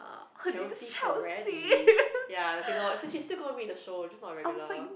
Chealsea-Perreti ya okay no as in she's still gonna be in the show just not a regular